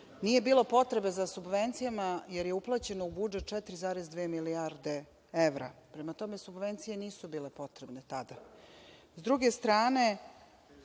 nije potrebe za subvencijama, jer je uplaćeno u budžet 4,2 milijarde evra. Prema tome, subvencije nisu bile potrebne tada. Sa